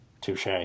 Touche